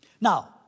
Now